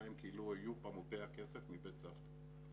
שלהן כאילו היו פמוטי הכסף מבית סבתא.